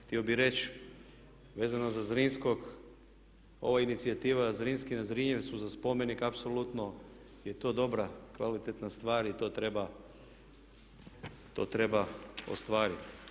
Htio bih reći vezano za Zrinskog ova inicijativa Zrinski na Zrinjevcu za spomenik apsolutno je to dobra kvalitetna stvar i to treba ostvariti.